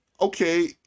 okay